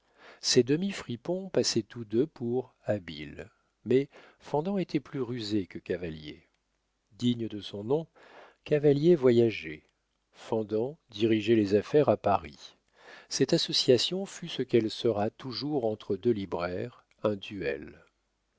ces demi fripons passaient tous deux pour habiles mais fendant était plus rusé que cavalier digne de son nom cavalier voyageait fendant dirigeait les affaires à paris cette association fut ce qu'elle sera toujours entre deux libraires un duel